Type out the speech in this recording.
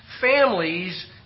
families